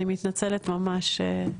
אני מתנצלת ממש.